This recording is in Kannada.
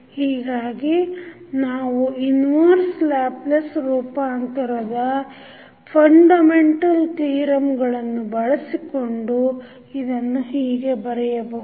ಹೀಗಾಗಿ ನಾವು ಇನ್ವರ್ಸ ಲ್ಯಾಪ್ಲೇಸ್ ರೂಪಾಂತರದ fundamentals theorems ಬಳಸಿಕೊಂಡು ಇದನ್ನು ಹೀಗೆ ಬರೆಯಬಹುದು